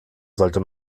sollte